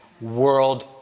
world